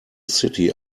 city